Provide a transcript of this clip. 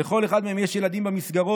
ולכל אחד מהם יש ילדים במסגרות,